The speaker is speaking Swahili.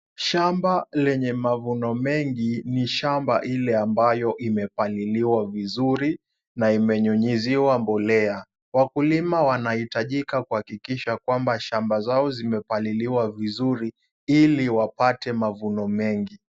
Shamba lenye mavuno mengi ni shamba ile ambayo imepandiliwa vizuri na imenyunyiziwa mbolea. Wakulima wanahitajika kuhakikisha kwamba shamba zao zimepaliliwa vizuri ili wapate mavuno mengi.